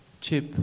Chip